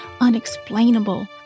unexplainable